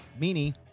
Meanie